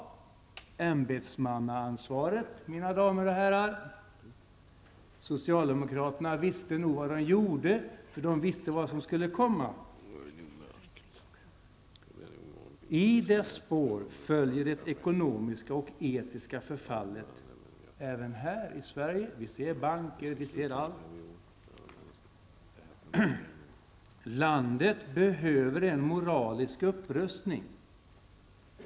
Ämbetsmannaansvaret, mina damer och herrar! Socialdemokraterna visste nog vad de gjorde, för de visste vad som skulle komma. I spåren följer det ekonomiska och etiska förfallet -- även här i Sverige. Vi ser vad som händer med t.ex. bankerna. Landet behöver en moralisk upprustning.